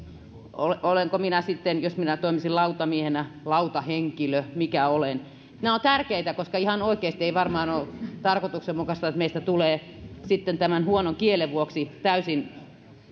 lautamies lakimies olenko minä sitten jos minä toimisin lautamiehenä lautahenkilö mikä olen nämä ovat tärkeitä koska ihan oikeasti ei varmaan ole tarkoituksenmukaista että meistä tulee huonon kielen vuoksi täysin